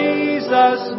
Jesus